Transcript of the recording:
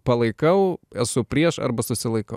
palaikau esu prieš arba susilaikau